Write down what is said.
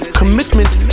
commitment